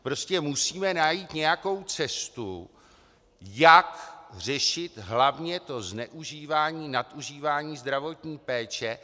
Prostě musíme najít nějakou cestu, jak řešit hlavně to zneužívání, nadužívání zdravotní péče.